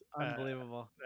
unbelievable